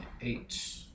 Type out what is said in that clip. eight